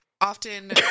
often